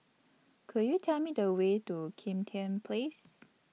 Could YOU Tell Me The Way to Kim Tian Place